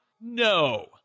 No